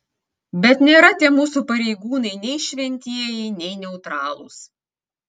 bet nėra tie mūsų pareigūnai nei šventieji nei neutralūs